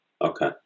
Okay